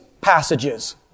passages